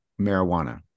marijuana